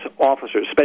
officers